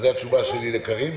זאת התשובה שלי לקארין.